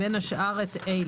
במישרין או בעקיפין,